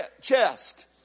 chest